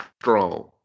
strong